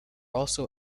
also